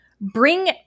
bring